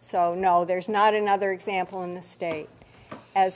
so no there's not another example in the state as